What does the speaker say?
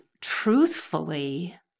truthfully